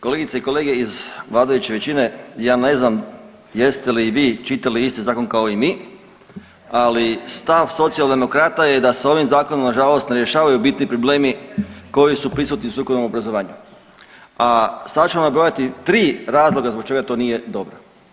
Kolegice i kolege iz vladajuće većine ja ne znam jeste li vi čitali isti zakon kao i mi, ali stav Socijaldemokrata je da sa ovim zakonom na žalost ne rješavaju u biti problemi koji su prisutni u strukovnom obrazovanju a sad ću nabrojati tri razloga zbog čega to nije dobro.